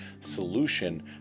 solution